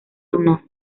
lunar